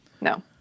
no